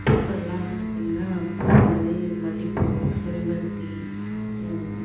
பூக்கள்லாம் பார்த்தீங்கன்னா பூ வந்து மல்லிகைப்பூ செம்பருத்தி